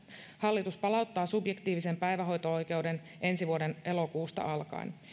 hallitus palauttaa subjektiivisen päivähoito oikeuden ensi vuoden elokuusta alkaen